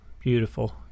Beautiful